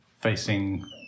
facing